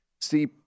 see